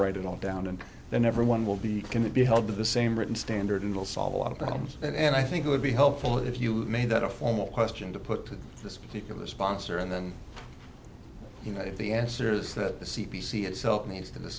write it all down and then everyone will be going to be held to the same written standard and will solve a lot of problems and i think it would be helpful if you made that a formal question to put to this particular sponsor and then you know the answer is that the c b c itself needs to